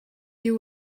you